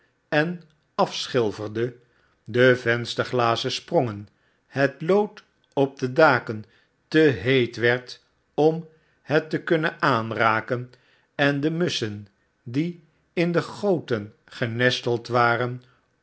en afschilferde de vensterglazen sprongen het lood op de daken te heet werd om het te kunnen aanraken en de musschen die in de goten genesteld waren